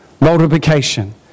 multiplication